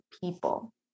people